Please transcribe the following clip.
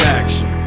action